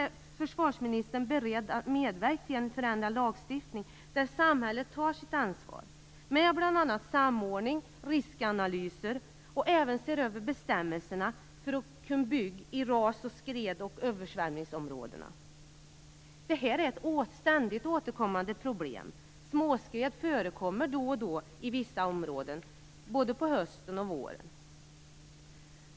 Är försvarsministern beredd att medverka till en förändrad lagstiftning där samhället tar sitt ansvar med bl.a. samordning och riskanalyser, och även till att man ser över bestämmelserna för att bygga i ras-, skred och översvämningsområdena? Detta är ett ständigt återkommande problem. Småskred förekommer då och då i vissa områden både på hösten och våren.